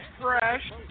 fresh